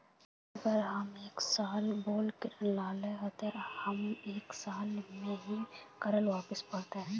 अगर हम एक साल बोल के ऋण लालिये ते हमरा एक साल में ही वापस करले पड़ते?